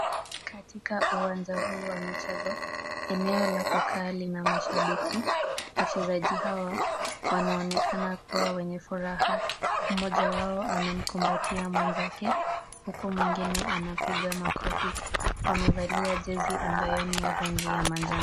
Katika uwanja huu wa michezo, eneo la kukaa lina mashabiki, wachezaji hawa wanaonekana kuwa wenye furaha, mmoja wao anamkumbatia mwenzake, huku mwingine anapiga makofi, wamevalia jezi ambayo ni ya rangi ya manjano.